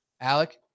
Alec